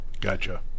Gotcha